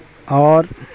आओर आओर